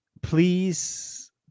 Please